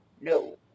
no